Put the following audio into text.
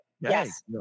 yes